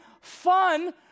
fun